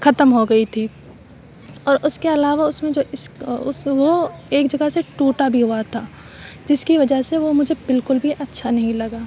ختم ہو گئی تھی اور اس کے علاوہ اس میں جو اس وہ ایک جگہ سے ٹوٹا بھی ہوا تھا جس کی وجہ سے وہ مجھے بالکل بھی اچھا نہیں لگا